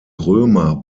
römer